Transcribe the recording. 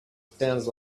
sounds